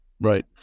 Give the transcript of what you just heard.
right